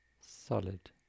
solid